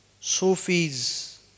Sufis